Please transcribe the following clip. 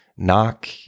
knock